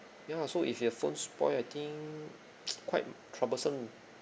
ya so if if your phone spoil I think quite troublesome